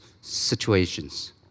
situations